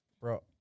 Bro